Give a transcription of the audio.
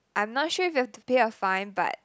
I'm not sure if you have to pay a fine but